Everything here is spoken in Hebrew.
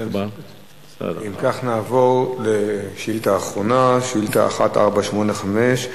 אם כך, נעבור לשאילתא אחרונה, שאילתא מס' 1485,